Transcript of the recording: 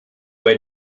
may